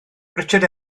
richard